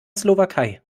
slowakei